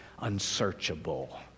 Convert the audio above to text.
unsearchable